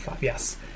Yes